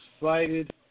excited